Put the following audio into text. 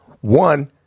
One